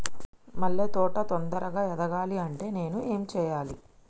మల్లె తోట తొందరగా ఎదగాలి అంటే నేను ఏం చేయాలి?